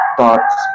thoughts